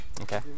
Okay